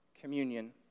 communion